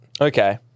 Okay